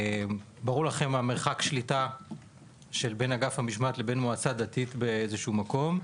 ברור לכם מה מרחק השליטה שבין אגף המשמעת לבין מועצה דתית באיזשהו מקום.